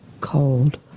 cold